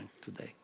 today